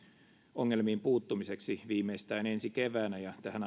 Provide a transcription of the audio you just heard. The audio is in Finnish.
ongelmiin puuttumiseksi viimeistään ensi keväänä ja tähän